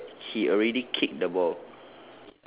stating that he already kicked the ball